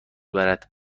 برد